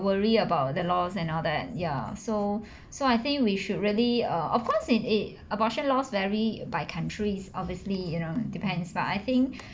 worry about the laws and all that ya so so I think we should really uh of course in in abortion laws vary by countries obviously you know depends but I think